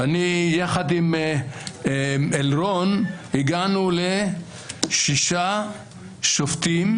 יחד עם אלרון הגענו לשישה שופטים,